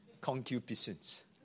concupiscence